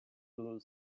blue